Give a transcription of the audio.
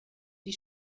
die